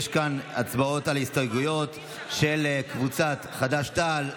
יש כאן הצבעות על הסתייגויות של קבוצת סיעת חד"ש-תע"ל,